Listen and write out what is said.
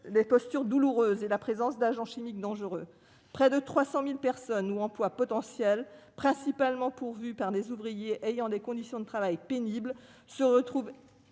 postures douloureuses, présence d'agents chimiques dangereux. Près de 300 000 personnes ou emplois potentiels, ces derniers principalement pourvus par des ouvriers dont les conditions de travail sont pénibles, se retrouvent